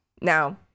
now